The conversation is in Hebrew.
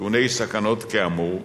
טעוני סכנות כאמור,